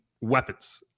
weapons